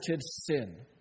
sin